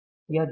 यह जोड़ यह